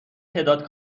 تعداد